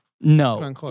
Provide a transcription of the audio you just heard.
No